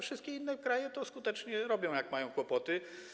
Wszystkie inne kraje to skutecznie robią, jak mają kłopoty.